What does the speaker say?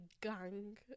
gang